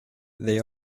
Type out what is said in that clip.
they